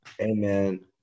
Amen